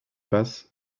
passe